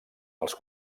els